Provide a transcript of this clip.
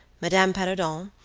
madame perrodon,